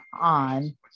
on